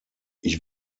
ich